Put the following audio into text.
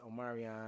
Omarion